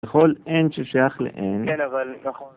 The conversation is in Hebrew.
בכל N של שייך ל-N. כן, אבל נכון.